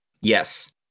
Yes